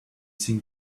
think